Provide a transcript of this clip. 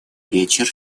вечер